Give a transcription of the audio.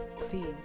please